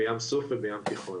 בים סוף ובים התיכון.